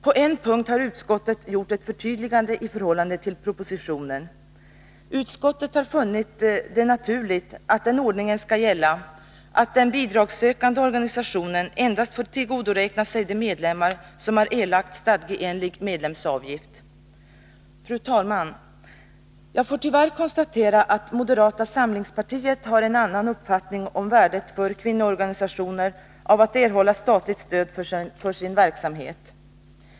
På en punkt har utskottet gjort ett förtydligande: i förhållande till propositionen. Utskottet har funnit det naturligt att den ordningen skall gälla att den bidragssökande organisationen endast får tillgodoräkna sig de medlemmar som har erlagt stadgeenlig medlemsavgift. Fru talman! Jag får tyvärr konstatera att moderata samlingspartiet har en annan uppfattning om värdet för kvinnoorganisationer av att erhålla statligt stöd för sin verksamhet.